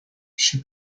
she